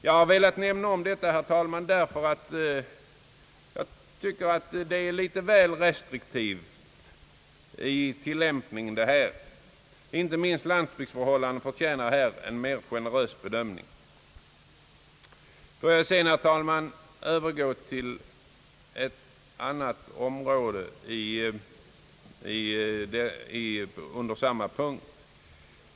Jag har velat nämna detta, herr talman, ty jag tycker att tillämpningen av dessa bestämmelser varit litet väl restriktiv och att bestämmelserna bör tillämpas mera generöst med hänsyn till förhållandena på landsbygden. Jag vill sedan, herr talman, övergå till ett annat område under samma punkt.